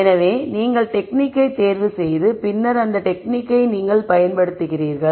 எனவே நீங்கள் டெக்னிக்கை தேர்வு செய்து பின்னர் அந்த டெக்னிக்கை நீங்கள் பயன்படுத்துகிறீர்கள்